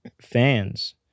fans